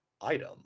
item